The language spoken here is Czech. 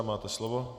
Máte slovo.